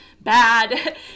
bad